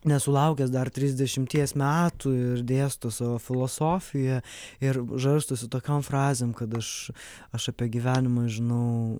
nesulaukęs dar trisdešimties metų ir dėsto savo filosofiją ir žarstosi tokiom frazėm kad aš aš apie gyvenimą žinau